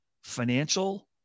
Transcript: financial